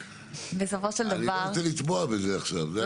אני לא רוצה לטבוע בזה עכשיו, זה הכל.